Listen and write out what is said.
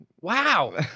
Wow